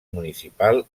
municipal